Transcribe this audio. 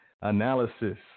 analysis